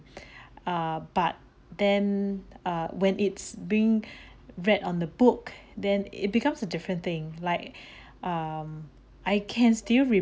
err but then err when it's being read on a book then it becomes a different thing like um I can still